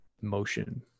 motion